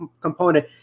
component